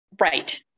Right